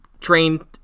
trained